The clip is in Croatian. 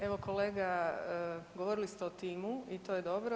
Evo kolega govorili ste o timu i to je dobro.